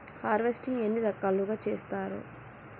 Harvesting ఎన్ని రకాలుగా చేస్తరు?